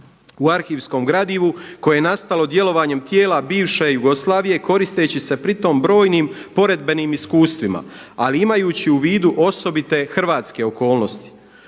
u arhivskom gradivu koje je nastalo djelovanjem tijela bivše Jugoslavije koristeći će pri tome brojnim poredbenim iskustvima ali imajući u vidu osobite hrvatske okolnosti.